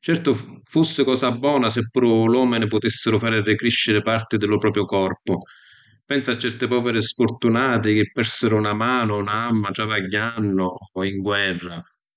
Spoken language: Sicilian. Certu fussi cosa bona si puru l’omini putissiru fari ricrisciri parti di lu propiu corpu, pensu a certi poviri sfurtunati chi persinu na manu o na gamma travagghiannu o ‘n guerra.